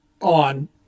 on